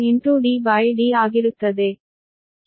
ಆದ್ದರಿಂದ ಇದು qbln DD ಆಗಿರುತ್ತದೆ